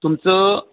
तुमचं